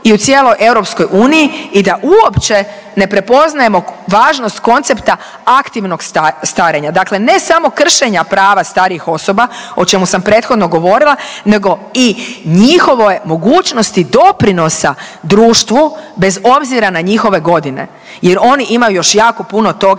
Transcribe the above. i u cijeloj EU i da uopće ne prepoznajemo važnost koncepta aktivnog starenja, dakle ne samo kršenja prava starijih osoba o čemu sam prethodno govorila nego i njihovoj mogućnosti doprinosa društvu bez obzira na njihove godine jer oni imaju još jako puno toga